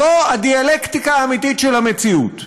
זו הדיאלקטיקה האמיתית של המציאות.